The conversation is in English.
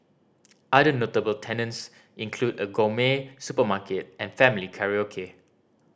other notable tenants include a gourmet supermarket and family karaoke